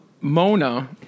Mona